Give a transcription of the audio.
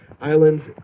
islands